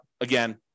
again